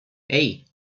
hey